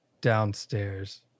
downstairs